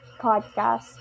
Podcast